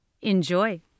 Enjoy